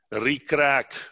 re-crack